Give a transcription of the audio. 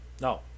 No